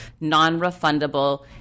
non-refundable